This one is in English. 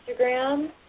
Instagram